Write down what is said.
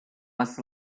must